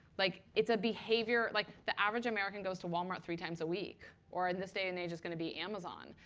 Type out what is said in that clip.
like it's a behavior behavior like the average american goes to walmart three times a week. or in this day and age, it's going to be amazon.